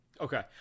Okay